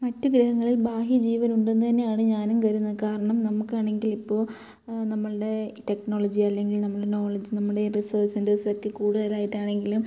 മറ്റു ഗ്രഹങ്ങളിൽ ബാഹ്യ ജീവനുണ്ടെന്നു തന്നെയാണ് ഞാനും കരുതുന്നത് കാരണം നമുക്കാണെങ്കിൽ ഇപ്പോൾ നമ്മളുടെ ഈ ടെക്നോളജി അല്ലെങ്കിൽ നമ്മൾ നോളേജ് നമ്മുടെ റിസേർച്ച് സെൻ്റർസ് ഒക്കെ കൂടുതലായിട്ടാണെങ്കിലും